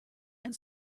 and